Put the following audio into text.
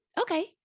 okay